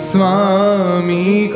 Swami